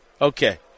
Okay